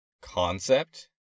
concept